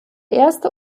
erste